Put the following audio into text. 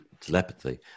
telepathy